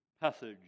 passage